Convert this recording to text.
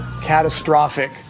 catastrophic